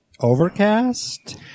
Overcast